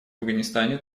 афганистане